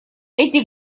эти